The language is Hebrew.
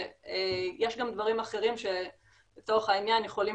יש גם דברים אחרים שלצורך העניין יכולים